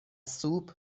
سوپ